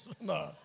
No